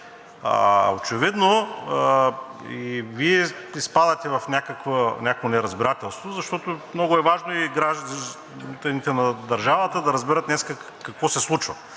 Очевидно и Вие изпадате в някакво неразбирателство, защото много е важно и гражданите на държавата да разберат днес какво се случва.